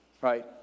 Right